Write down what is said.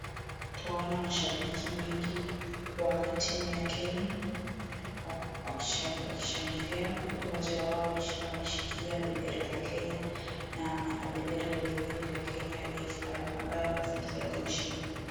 Twaona mashabiki wengi, wa timu ya Kenya. Wakishangilia huku mmoja wao ameshikilia bendera la Kenya na ana bendera lingine la Kenya ambayo amefungilia kwenye shingo.